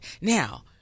now